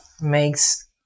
makes